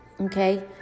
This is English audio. okay